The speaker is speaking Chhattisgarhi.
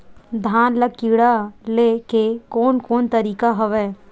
धान ल कीड़ा ले के कोन कोन तरीका हवय?